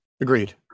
Agreed